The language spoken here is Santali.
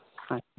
ᱦᱮᱸ